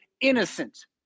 innocent